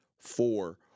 four